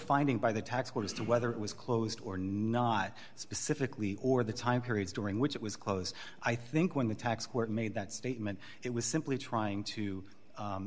finding by the tax court as to whether it was closed or not specifically or the time periods during which it was close i think when the tax court made that statement it was simply trying to